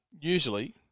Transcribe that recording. usually